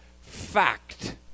fact